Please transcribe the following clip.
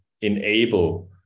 enable